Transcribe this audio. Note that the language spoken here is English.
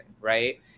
right